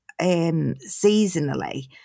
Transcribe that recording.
seasonally